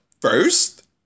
first